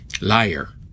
Liar